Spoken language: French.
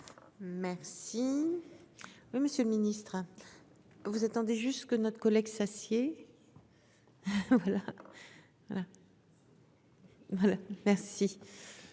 Merci. Oui, Monsieur le Ministre. Vous attendez juste que notre collègue s'assied. Voilà. Voilà.